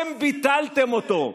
השר אמסלם, אנא ממך, להירגע.